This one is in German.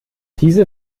diese